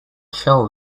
shall